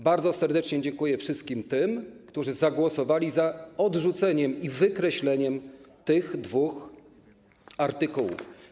Bardzo serdecznie dziękuję wszystkim tym, którzy zagłosowali za odrzuceniem i wykreśleniem tych dwóch artykułów.